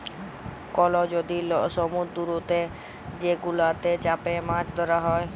call লদি সমুদ্দুরেতে যে গুলাতে চ্যাপে মাছ ধ্যরা হ্যয়